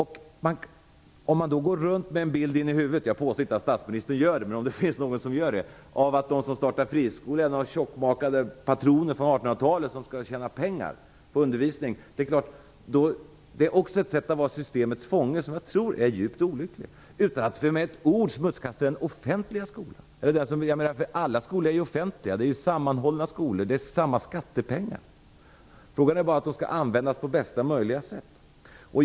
Att då gå omkring med en bild i huvudet - jag påstår inte att statsministern gör det men det kanske finns andra som gör det - att de som startar friskolor är några tjockmagade patroner från 1800-talet som vill tjäna pengar på undervisning, är också ett sätt att vara systemets fånge, vilket jag tror är djupt olyckligt. Jag vill inte med ett ord smutskasta den offentliga skolan, för alla skolor är ju offentliga, eftersom det är sammanhållna skolor som betalas med samma skattepengar. Det handlar bara om att pengarna skall användas på bästa möjliga sätt.